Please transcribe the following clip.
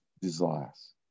desires